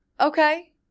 Okay